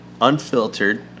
unfiltered